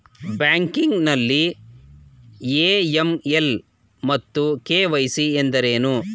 Banking ನಲ್ಲಿ AML ಮತ್ತು KYC ಎಂದರೇನು?